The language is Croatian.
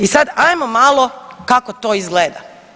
I sad ajmo malo kako to izgleda.